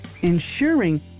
ensuring